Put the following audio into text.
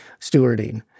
stewarding